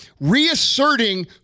reasserting